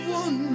one